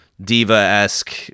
diva-esque